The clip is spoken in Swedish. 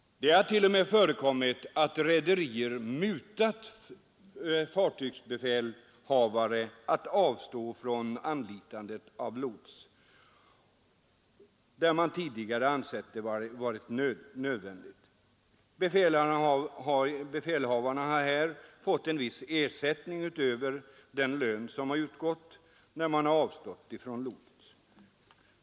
Det har t.o.m. förekommit att rederier mutat fartygsbefälhavare att avstå från anlitande av lots, där man tidigare ansett detta vara nödvändigt. Befälhavaren har, utöver den lön som har utgått, fått en viss extra ersättning, om han har avstått från att anlita lots.